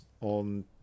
on